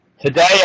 Today